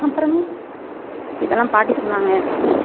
அப்புறம் இதெல்லாம் பாட்டி சொன்னாங்க